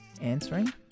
answering